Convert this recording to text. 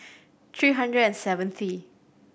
three hundred and Seventh